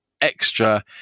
extra